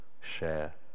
share